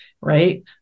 right